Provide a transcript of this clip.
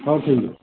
ହଁ ଉଠିଲୁ